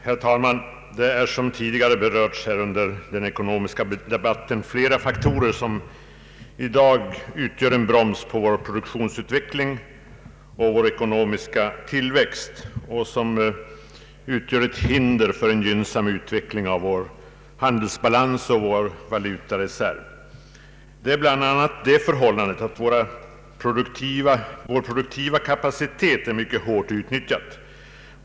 Herr talman! Det är, som tidigare berörts här under den ekonomiska debatten, flera faktorer som i dag utgör en broms på vår produktionsutveckling och vår ekonomiska tillväxt och som utgör ett hinder för en gynnsam utveckling av handelsbalans och valutareserv, bl.a. det förhållandet att vår produktiva kapacitet är mycket hårt utnyttjad.